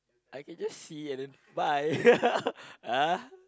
I can just see and then bye ah